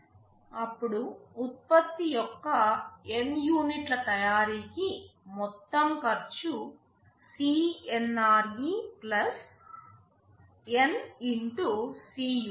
అప్పుడు ఉత్పత్తి యొక్క N యూనిట్ల తయారీకి మొత్తం ఖర్చు CNRE N Cunit